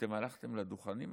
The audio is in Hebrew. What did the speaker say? אתם הלכתם לדוכנים האלה?